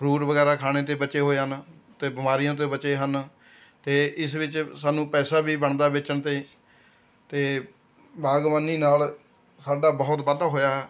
fruit ਵਗੈਰਾ ਖਾਣੇ ਤੋਂ ਬਚੇ ਹੋਏ ਹਨ ਅਤੇ ਬਿਮਾਰੀਆਂ ਤੋਂ ਬਚੇ ਹਨ ਅਤੇ ਇਸ ਵਿੱਚ ਸਾਨੂੰ ਪੈਸਾ ਵੀ ਬਣਦਾ ਵੇਚਣ 'ਤੇ ਅਤੇ ਬਾਗਬਾਨੀ ਨਾਲ ਸਾਡਾ ਬਹੁਤ ਵਾਧਾ ਹੋਇਆ